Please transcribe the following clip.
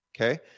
Okay